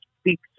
speak